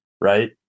Right